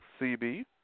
CB